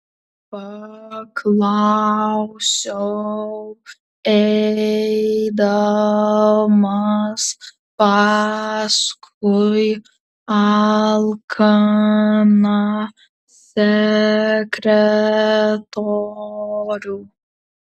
paklausiau eidamas paskui alkaną sekretorių